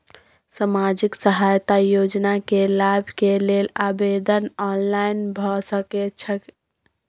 सामाजिक सहायता योजना के लाभ के लेल आवेदन ऑनलाइन भ सकै छै?